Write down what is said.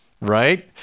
right